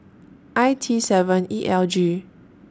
I T seven E L G